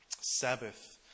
Sabbath